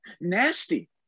Nasty